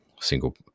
single